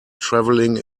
traveling